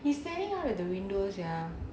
he's standing out at the window sia